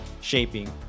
shaping